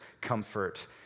comfort